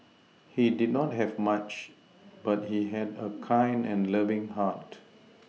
he did not have much but he had a kind and loving heart